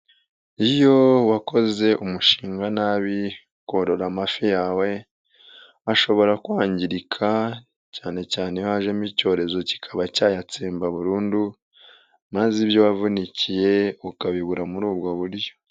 Iyo wakoze umushinga nabi korora amafi yawe ashobora kwangirika cyane cyane hajemo icyorezo kikaba cyayatsemba burundu, maze ibyo wavunikiye ukabibura muri ubwo buryo.